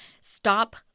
Stop